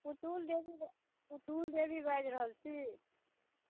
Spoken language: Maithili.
पुतुल देवी पुतुल देवी बाजि रहल छी